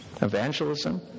Evangelism